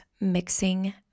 mixing